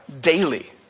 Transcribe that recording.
daily